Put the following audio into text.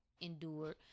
endured